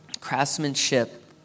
Craftsmanship